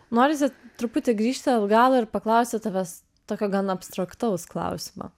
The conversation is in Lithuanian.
norisi truputį grįžti atgal ir paklausti tavęs tokio gan abstraktaus klausimo